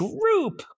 group